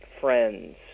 friends